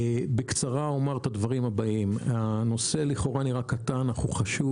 בקצרה אומר את הדברים הבאים: הנושא לכאורה נראה קטן אך הוא חשוב.